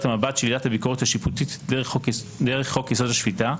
המבט של עילת הביקורת השיפוטית דרך חוק-יסוד: השפיטה,